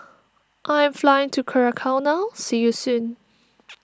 I am flying to Curacao now see you soon